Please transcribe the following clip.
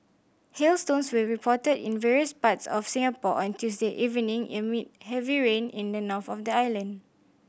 hailstones were reported in various parts of Singapore on Tuesday evening amid heavy rain in the north of the island